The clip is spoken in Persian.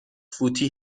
فوتی